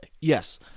Yes